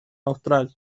austral